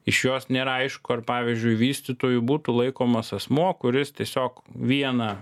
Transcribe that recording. iš jos nėra aišku ar pavyzdžiui vystytoju būtų laikomas asmuo kuris tiesiog vieną